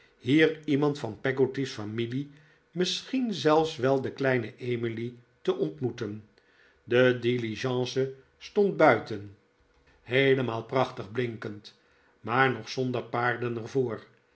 hier iemand van peggotty's familie misschien zelfs wel de kleine emily te ontmoeten de diligence stond buiten heelemaal prachtig blinkend maar nog zonder paarden